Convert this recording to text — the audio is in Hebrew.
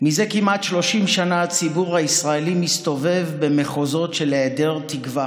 מזה כמעט 30 שנה הציבור הישראלי מסתובב במחוזות של היעדר תקווה,